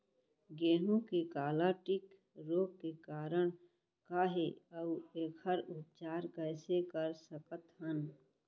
गेहूँ के काला टिक रोग के कारण का हे अऊ एखर उपचार कइसे कर सकत हन?